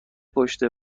پشت